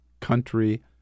country